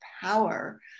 power